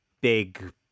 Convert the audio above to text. big